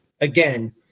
again